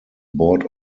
board